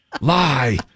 Lie